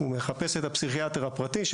הוא מחפש את הפסיכיאטר הפרטי,